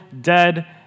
dead